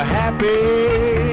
happy